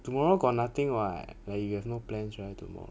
tomorrow got nothing [what] like you have no plans right tomorrow